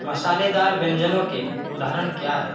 मसालेदार व्यंजनों के उदाहरण क्या हैं